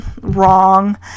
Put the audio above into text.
wrong